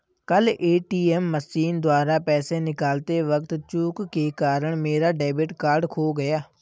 कल ATM machine द्वारा पैसे निकालते वक़्त चूक के कारण मेरा डेबिट कार्ड खो गया